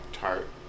tart